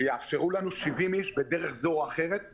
שיאפשרו לנו להביא 70 איש בדרך זו או אחרת.